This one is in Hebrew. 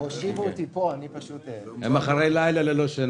יש חשיבות שלאורך זמן זה לא חייב להיות בבת אחת,